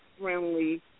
friendly